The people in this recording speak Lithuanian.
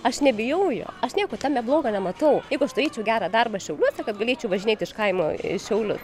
aš nebijau jo aš nieko tame blogo nematau jeigu aš turėčiau gerą darbą šiauliuose kad galėčiau važinėt iš kaimo į šiauliu